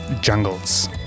Jungles